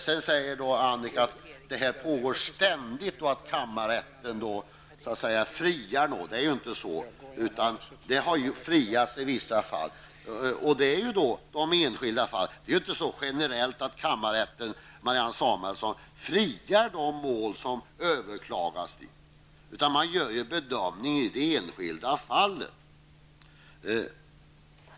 Annika Åhnberg säger att vanvård av djur ständigt pågår och att kammarrätten friar i dessa fall. Det förhåller sig inte så. Man har friat i vissa enskilda fall. Men kammarrätten, Marianne Samuelsson, friar inte i alla mål som överklagas dit, utan den gör en bedömning i det enskilda fallet.